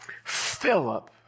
Philip